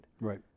Right